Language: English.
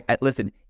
listen